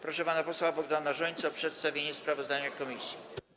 Proszę pana posła Bogdana Rzońcę o przedstawienie sprawozdania komisji.